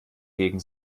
gegen